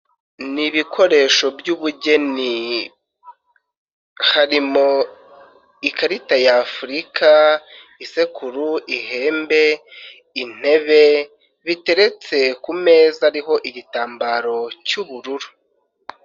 Ni ibikoresho by'ubugeni harimo ikarita y'Afrika, isekuru, ihembe, intebe, biteretse ku meza ariho igitambaro cy'ubururu.